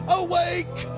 awake